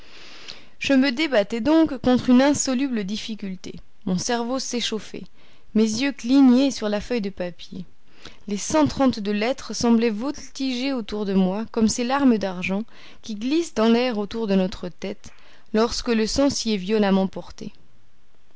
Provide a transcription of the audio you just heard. je me débattais donc contre une insoluble difficulté mon cerveau s'échauffait mes yeux clignaient sur la feuille de papier les cent trente-deux lettres semblaient voltiger autour de moi comme ces larmes d'argent qui glissent dans l'air autour de notre tête lorsque le sang s'y est violemment porté